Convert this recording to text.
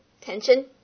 Tension